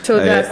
תודה,